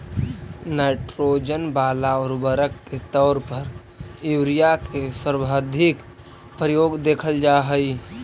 nitrogen वाला उर्वरक के तौर पर यूरिया के सर्वाधिक प्रयोग देखल जा हइ